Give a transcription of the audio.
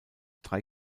drei